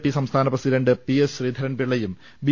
P സംസ്ഥാന president PS ശ്രീധരൻപിള്ളയും B